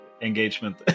engagement